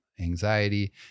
anxiety